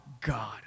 God